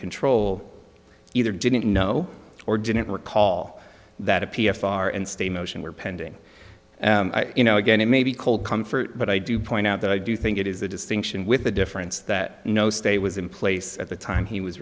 control either didn't know or didn't recall that a p a far and stay motion were pending you know again it may be cold comfort but i do point out that i do think it is a distinction with a difference that no state was in place at the time he was